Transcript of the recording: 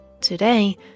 Today